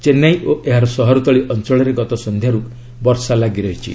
ଚେନ୍ନାଇ ଓ ଏହାର ସହରତଳି ଅଞ୍ଚଳରେ ଗତ ସଂଧ୍ୟାରୁ ବର୍ଷା ଲାଗିରହିଛି